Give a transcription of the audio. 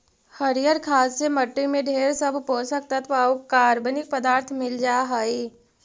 हरियर खाद से मट्टी में ढेर सब पोषक तत्व आउ कार्बनिक पदार्थ मिल जा हई